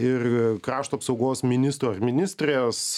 ir krašto apsaugos ministro ar ministrės